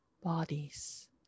bodies